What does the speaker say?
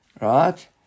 right